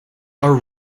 are